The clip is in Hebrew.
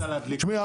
תשמעי,